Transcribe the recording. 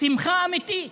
שמחה אמיתית.